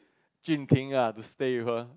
Jun Ping ya to stay with her